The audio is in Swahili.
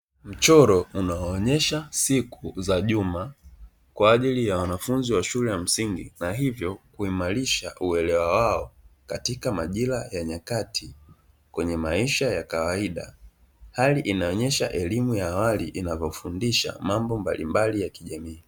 Mchoro unaonyesha siku za juma kwa ajili ya wanafunzi wa shule ya msingi na hivyo kuimarisha uelewa wao katika majira ya nyakati kwenye maisha ya kawaida, hali inaonyesha elimu ya awali inavyofundisha mambo mbalimbali ya kijamii.